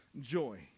joy